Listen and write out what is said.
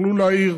יוכלו להעיר.